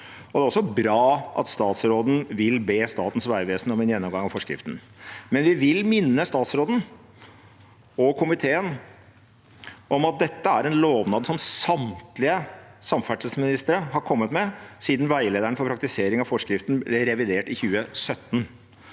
Det er også bra at statsråden vil be Statens vegvesen om en gjennomgang av forskriften. Vi vil imidlertid minne statsråden og komiteen om at dette er en lovnad som samtlige samferdselsministre har kommet med siden veilederen for praktisering av forskriften ble revidert i 2017.